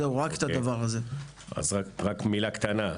רק מילה קטנה.